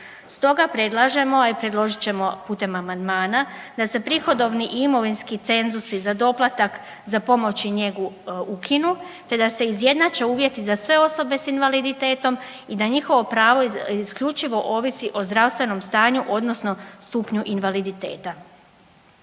Stoga predlažemo, predložit ćemo putem amandmana da se prihodovni i imovinski cenzusi za doplatak za pomoć i njegu ukinu, te da se izjednače uvjeti za sve osobe sa invaliditetom i da njihovo pravo isključivo ovisi o zdravstvenom stanju, odnosno stupnju invaliditeta.